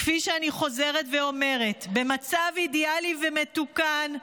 כפי שאני חוזרת ואומרת, במצב אידיאלי ומתוקן,